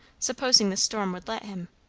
supposing the storm would let him,